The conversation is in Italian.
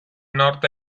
nord